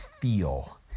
feel